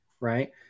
Right